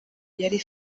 yari